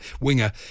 winger